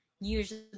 usually